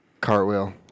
cartwheel